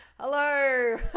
hello